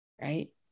Right